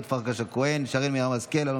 מיכאל מרדכי ביטון,